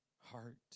heart